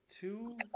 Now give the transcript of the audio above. two